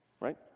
right